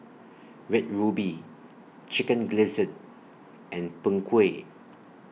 Red Ruby Chicken Gizzard and Png Kueh